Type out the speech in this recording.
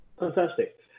fantastic